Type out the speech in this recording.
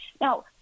Now